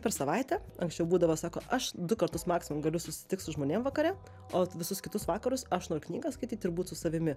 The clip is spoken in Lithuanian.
per savaitę anksčiau būdavo sako aš du kartus maksimum galiu susitikt su žmonėm vakare o visus kitus vakarus aš noriu knygas skaityt ir būt su savimi